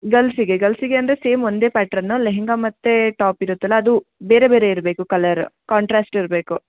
ಗರ್ಲ್ಸಿಗೆ ಗರ್ಲ್ಸಿಗೆ ಅಂದರೆ ಸೇಮ್ ಒಂದೇ ಪ್ಯಾಟ್ರನ್ ಲೆಹೆಂಗಾ ಮತ್ತೆ ಟಾಪ್ ಇರುತ್ತಲ್ಲ ಅದು ಬೇರೆ ಬೇರೆ ಇರಬೇಕು ಕಲ್ಲರ್ ಕಾಂಟ್ರಾಸ್ಟ್ ಇರಬೇಕು